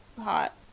hot